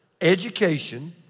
education